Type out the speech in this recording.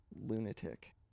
Lunatic